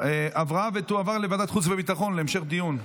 עברה ותועבר לוועדת חוץ וביטחון להמשך דיון.